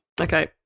Okay